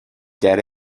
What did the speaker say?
debt